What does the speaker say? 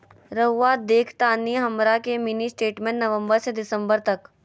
रहुआ देखतानी हमरा के मिनी स्टेटमेंट नवंबर से दिसंबर तक?